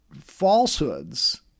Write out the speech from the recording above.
falsehoods